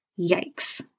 Yikes